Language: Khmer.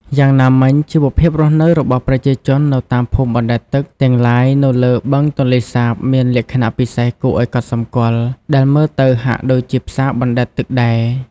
យ៉ាងណាមិញ ជីវភាពរស់នៅរបស់ប្រជាជននៅតាមភូមិបណ្ដែតទឹកទាំងឡាយនៅលើបឹងទន្លេសាបមានលក្ខណៈពិសេសគួរឲ្យកត់សម្គាល់ ដែលមើលទៅហាក់ដូចជាផ្សារបណ្ដែតទឹកដែរ។